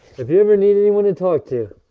if you ever need anyone to talk to,